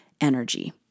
energy